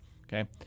okay